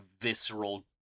visceral